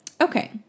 okay